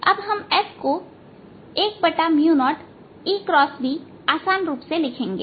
अब हम S को S10E X B आसान रूप से लिखेंगे